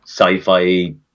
sci-fi